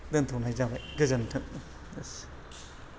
दोनथ'नाय जाबाय गोजोन्थों